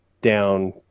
down